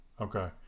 okay